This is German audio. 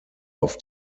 auf